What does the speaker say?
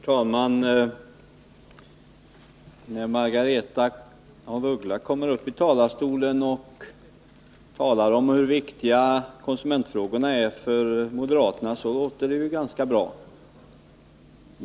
Herr talman! Det låter ganska bra när Margaretha af Ugglas från denna talarstol redovisar hur viktiga konsumentfrågorna är för moderaterna.